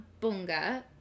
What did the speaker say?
bunga